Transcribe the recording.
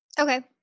Okay